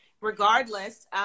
regardless